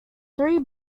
three